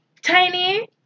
Tiny